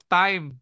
time